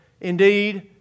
Indeed